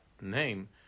name